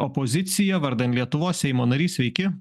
opozicija vardan lietuvos seimo narys sveiki